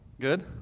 Good